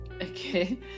Okay